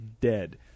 dead